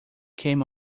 came